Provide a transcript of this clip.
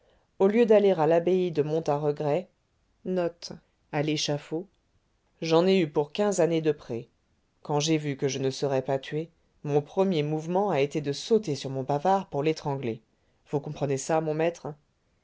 au lieu d'aller à l'abbaye de monte à regret j'en ai eu pour quinze années de pré quand j'ai vu que je ne serais pas tué mon premier mouvement a été de sauter sur mon bavard pour l'étrangler vous comprenez ça mon maître